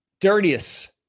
dirtiest